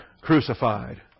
crucified